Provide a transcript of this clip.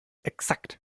exakt